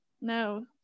No